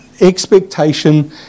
expectation